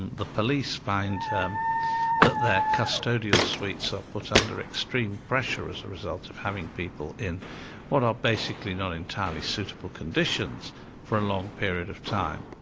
the police find that their custodial suites are put under extreme pressure as a result of having people in what are basically not entirely suitable conditions for a long period of time.